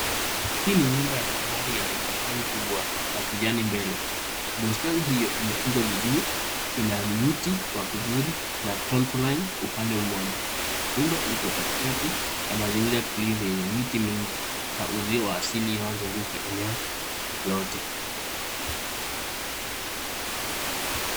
Hii ni nyumba ya kifahari yenye bustani kubwa ya kijani mbele. Bustani hiyo imetundwa vizuri ina mti wakivuli na trampoline upande mmoja. Nyumba iko katikati ya mazingira tulivu yenye miti mingi na uzio wa asili inayozunguka eneo lote